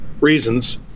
reasons